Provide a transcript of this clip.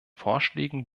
vorschlägen